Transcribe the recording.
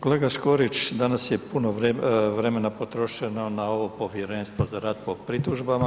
Kolega Škorić, danas je puno vremena potrošeno na ovo povjerenstvo za rad po pritužbama.